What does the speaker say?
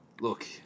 look